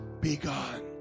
begun